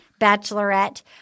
bachelorette